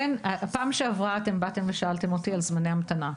בפעם שעברה אתם באתם ושאלתם אותי על זמני המתנה: